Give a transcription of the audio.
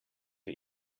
wir